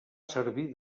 servir